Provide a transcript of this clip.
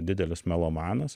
didelis melomanas